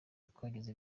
twagize